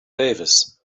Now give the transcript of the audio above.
davis